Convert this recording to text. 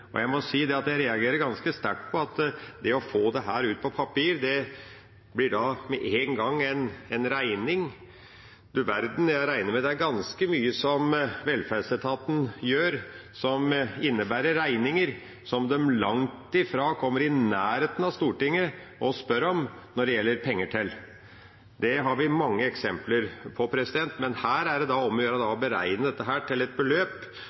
Jeg må si at jeg reagerer ganske sterkt på at det å få dette ut på papir med en gang blir en regning. Du verden – jeg regner med at det er ganske mye som velferdsetaten gjør, som innebærer regninger som de langt ifra kommer i nærheten av Stortinget når det gjelder å spørre om penger til. Det har vi mange eksempler på. Men her er det om å gjøre å beregne dette til et beløp